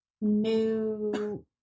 new